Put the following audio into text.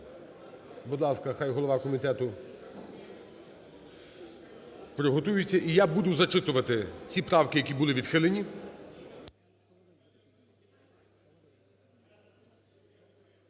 Будь ласка, хай голова комітету приготується, і я буду зачитувати ті правки, які були відхилені.